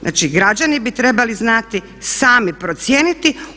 Znači građani bi trebali znati sami procijeniti.